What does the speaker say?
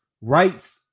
rights